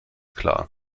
klar